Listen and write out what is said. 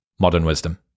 modernwisdom